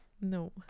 No